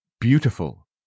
beautiful